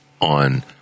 on